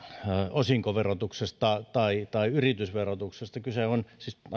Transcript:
osinkoverotuksesta tai tai yritysverotuksesta kyse on